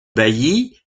baillis